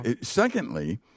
Secondly